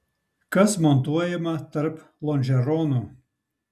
kas montuojama tarp lonžeronų